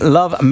love